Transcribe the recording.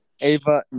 Ava